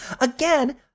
again—